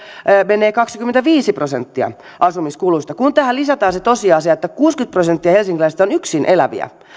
menee kaksikymmentäviisi prosenttia asumiskuluihin kun tähän lisätään se tosiasia että kuusikymmentä prosenttia helsinkiläisistä on yksin eläviä